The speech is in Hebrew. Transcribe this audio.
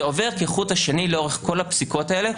זה עובר כחוט השני לאורך כל הפסיקות האלה.